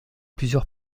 plusieurs